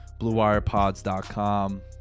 BlueWirePods.com